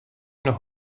noch